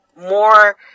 more